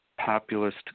populist